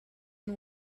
and